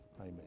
Amen